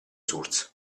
source